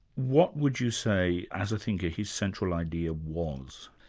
what would you say as a thinker, his central idea was?